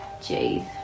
Jeez